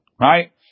Right